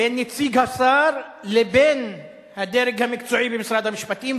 בין נציג השר לבין הדרג המקצועי במשרד המשפטים,